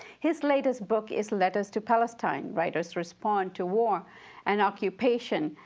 his latest book is letters to palestine writers respond to war and occupation.